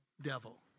devil